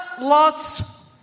Lot's